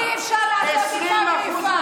אי-אפשר לעשות איפה ואיפה,